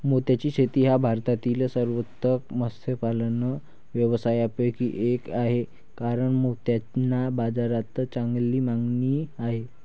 मोत्याची शेती हा भारतातील सर्वोत्कृष्ट मत्स्यपालन व्यवसायांपैकी एक आहे कारण मोत्यांना बाजारात चांगली मागणी आहे